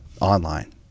online